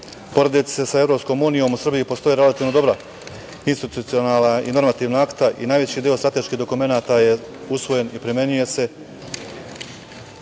procesa. Porediti se sa EU u Srbiji postoje relativno dobra institucionalna i normativna akta i najveći deo strateških dokumenata je usvojen i primenjuje se, pa